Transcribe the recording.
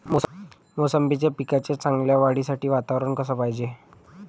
मोसंबीच्या पिकाच्या चांगल्या वाढीसाठी वातावरन कस पायजे?